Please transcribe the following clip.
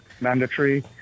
mandatory